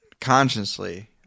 consciously